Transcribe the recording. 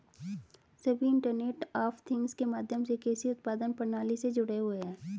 सभी internet of things के माध्यम से कृषि उत्पादन प्रणाली में जुड़े हुए हैं